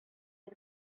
бер